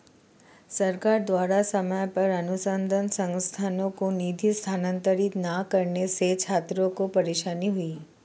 सरकार द्वारा समय पर अनुसन्धान संस्थानों को निधि स्थानांतरित न करने से छात्रों को परेशानी हुई